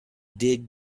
did